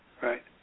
right